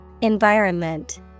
Environment